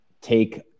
take